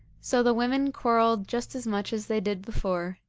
so the women quarrelled just as much as they did before,